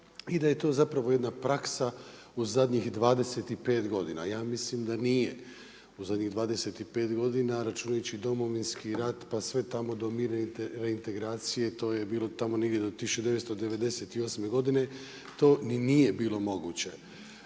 i da je to zapravo jedna praksa u zadnjih 25 godina. Ja mislim da nije u zadnjih 25 godina računajući Domovinski rat pa sve tamo do mirne reintegracije to je bilo tamo negdje do 1998. godine. To ni nije bilo moguće.